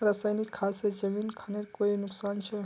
रासायनिक खाद से जमीन खानेर कोई नुकसान छे?